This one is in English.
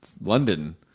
London